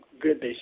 good